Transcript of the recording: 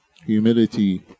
Humility